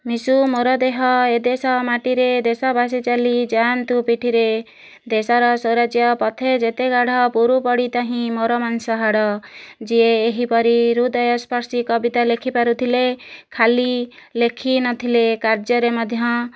ମିଶୁ ମୋର ଦେହ ଏ ଦେଶ ମାଟିରେ ଦେଶବାସୀ ଚାଲି ଯାଆନ୍ତୁ ପିଠିରେ ଦେଶର ସ୍ଵରାଜ୍ୟ ପଥେ ଯେତେ ଗଢ଼ ପୁରୁ ପାରିତ ହିଁ ମୋର ମାଂସ ହାଡ଼ ଯିଏ ଏହିପରି ହୃଦୟ ସ୍ପର୍ଶି କବିତା ଲେଖି ପାରୁଥିଲେ ଖାଲି ଲେଖିନଥିଲେ କାର୍ଯ୍ୟରେ ମଧ୍ୟ